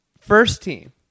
First-team